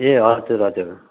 ए हजुर हजुर